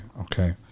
Okay